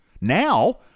Now